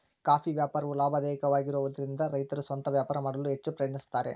coffee ವ್ಯಾಪಾರವು ಲಾಭದಾಯಕವಾಗಿರುವದರಿಂದ ರೈತರು ಸ್ವಂತ ವ್ಯಾಪಾರ ಮಾಡಲು ಹೆಚ್ಚ ಪ್ರಯತ್ನಿಸುತ್ತಾರೆ